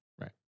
Right